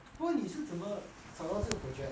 不过你是怎么找到这个 project